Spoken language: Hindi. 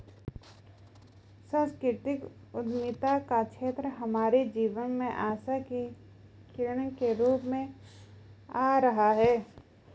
सांस्कृतिक उद्यमिता का क्षेत्र हमारे जीवन में आशा की किरण के रूप में आ रहा है